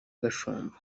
gashumba